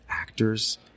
Actors